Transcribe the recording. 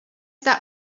that